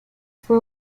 fue